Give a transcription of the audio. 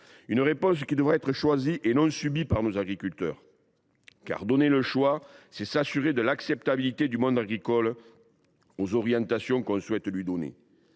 Cette réponse devra être choisie et non subie par nos agriculteurs, car donner le choix, c’est s’assurer de l’acceptabilité par le monde agricole des orientations que nous souhaitons lui imprimer.